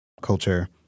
culture